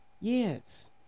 Yes